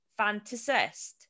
fantasist